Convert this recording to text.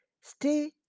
Stay